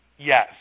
Yes